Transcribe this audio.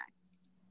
next